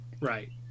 Right